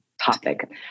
topic